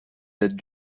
date